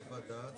ינון אזולאי.